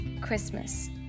Christmas